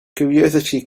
curiosity